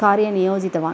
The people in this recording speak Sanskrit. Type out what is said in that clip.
कार्ये नियोजितवान्